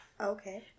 Okay